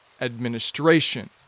administration